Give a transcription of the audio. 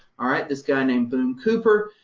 all right, this guy named boone cooper.